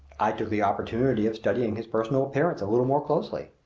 i took the opportunity of studying his personal appearance a little more closely.